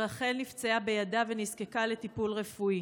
ורחל נפצעה בידה ונזקקה לטיפול רפואי.